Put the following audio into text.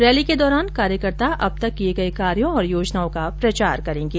rally के दौरान कार्यकर्ता अब तक किए कार्यों और योजनाओं का प्रचार करेंगे